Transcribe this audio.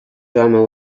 drummer